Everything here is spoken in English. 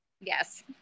Yes